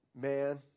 Man